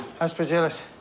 Aspergillus